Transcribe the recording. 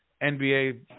NBA